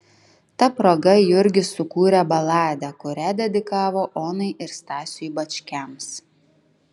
ta proga jurgis sukūrė baladę kurią dedikavo onai ir stasiui bačkiams